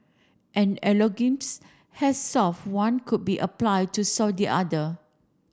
an has solve one could be applied to solve the other